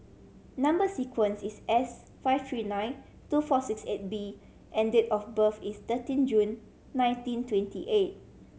number sequence is S five three nine two four six eight B and date of birth is thirteen June nineteen twenty eight